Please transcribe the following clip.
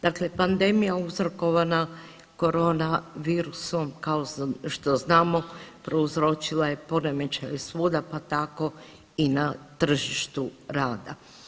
Dakle, pandemija uzrokovana korona virusom kao što znamo prouzročila je poremećaje svuda pa tako i na tržištu rada.